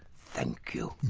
thank you.